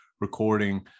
recording